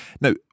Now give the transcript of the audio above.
now